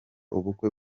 ubukwe